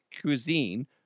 cuisine